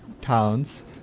towns